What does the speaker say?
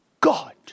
God